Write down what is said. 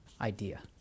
idea